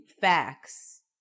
facts